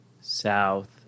South